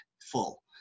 full